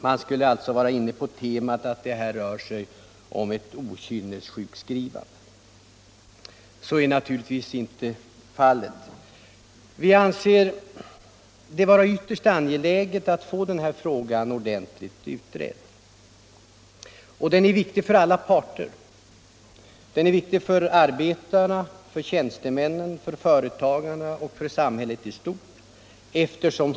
Man skulle alltså vara inne på temat att det här rör sig om ett okynnessjukskrivande. Så är naturligtvis inte fallet. Däremot anser vi det vara ytterst angeläget att få den här frågan ordentligt utredd. Den är viktig för alla parter — för de sjukskrivna, för arbetarna, för tjänstemännen, för företagarna och för samhället i stort.